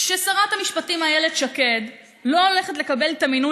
כששרת המשפטים איילת שקד לא הולכת לקבל את המינוי